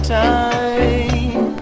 time